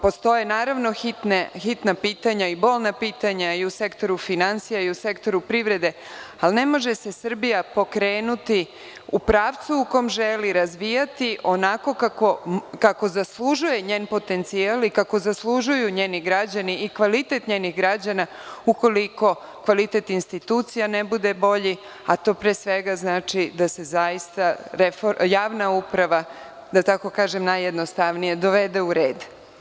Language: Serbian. Postoje, naravno, hitna pitanja i bolna pitanja i u sektoru finansija i u sektoru privrede, ali ne može se Srbija pokrenuti u pravcu u kom želi razvijati onako kako zaslužuje njen potencijal i kako zaslužuju njeni građani, i kvalitet njenih građana, ukoliko kvalitet institucija ne bude bolji, a to pre svega, znači da se zaista javna uprava, da tako kažem najjednostavnije, dovede u red.